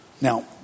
Now